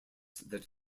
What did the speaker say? that